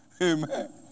Amen